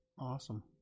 Awesome